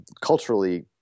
culturally